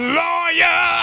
lawyer